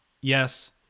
Yes